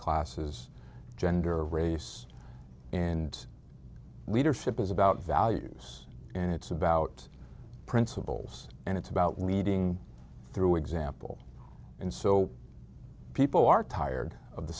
classes gender race and leadership is about values and it's about principles and it's about leading through example and so people are tired of the